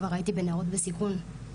כבר הייתי בנערות בסיכון,